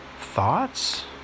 thoughts